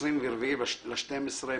24 בדצמבר,